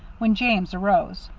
when james arose.